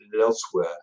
elsewhere